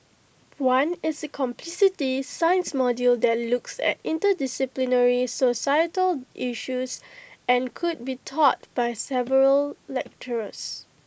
one is A complexity science module that looks at interdisciplinary societal issues and could be taught by several lecturers